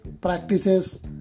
practices